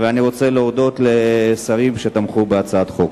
ואני רוצה להודות לשרים שתמכו בהצעת החוק.